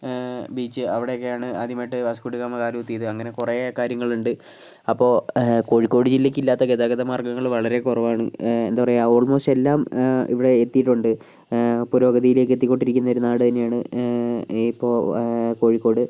beach അവിടെയൊക്കെയാണ് ആദ്യമായിട്ട് Vasco da Gama കാലുകുത്തിയത് അങ്ങനെ കുറെ കാര്യങ്ങളുണ്ട് അപ്പോൾ കോഴിക്കോട് ജില്ലയ്ക്കില്ലാത്ത ഗതാഗത മാർഗങ്ങൾ വളരെ കുറവാണ് എന്താ പറയുക ഓൾമോസ്റ്റ് എല്ലാം ഇവിടെ എത്തിയിട്ടുണ്ട് പുരോഗതിയിലേക്ക് എത്തിക്കൊണ്ടിരിക്കുന്ന ഒരു നാട് തന്നെയാണ് ഇപ്പോൾ കോഴിക്കോട്